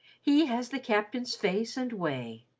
he has the captain's face and way.